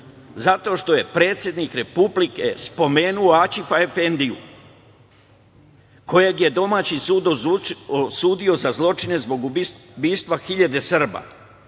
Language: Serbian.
zato što je predsednik Republike spomenuo Aćifa-efendiju, kojeg je domaći sud osudio za zločine zbog ubistva hiljade Srba.